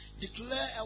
Declare